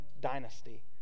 dynasty